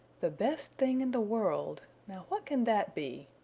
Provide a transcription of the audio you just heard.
the best thing in the world now what can that be?